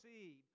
seed